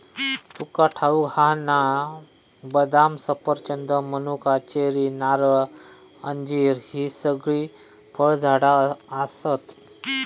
तुका ठाऊक हा ना, बदाम, सफरचंद, मनुका, चेरी, नारळ, अंजीर हि सगळी फळझाडा आसत